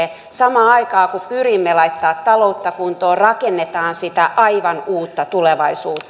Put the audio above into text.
samaan aikaan kun pyrimme laittamaan taloutta kuntoon rakennetaan sitä aivan uutta tulevaisuutta